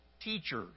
teachers